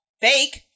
fake